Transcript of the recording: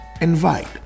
Invite